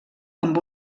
amb